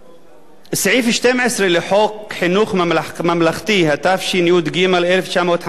סעיף 12 לחוק חינוך ממלכתי, התשי"ג 1953,